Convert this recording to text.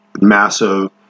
massive